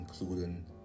including